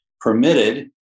permitted